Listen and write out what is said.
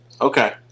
Okay